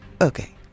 Okay